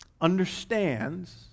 understands